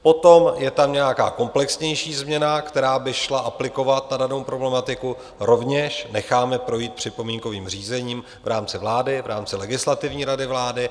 Potom je tam nějaká komplexnější změna, která by šla aplikovat na danou problematiku, rovněž necháme projít připomínkovým řízením v rámci vlády, v rámci Legislativní rady vlády.